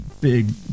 big